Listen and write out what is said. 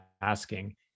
asking